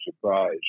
surprise